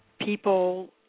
people